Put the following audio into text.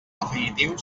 definitiu